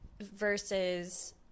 versus